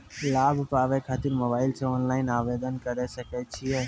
लाभ पाबय खातिर मोबाइल से ऑनलाइन आवेदन करें सकय छियै?